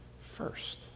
first